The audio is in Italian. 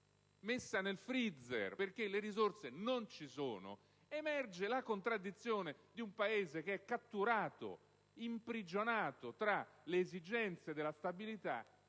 messa nel *freezer* perché le risorse non ci sono, emerge la contraddizione di un Paese che è catturato, imprigionato tra le esigenze della stabilità e i ritardi